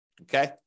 okay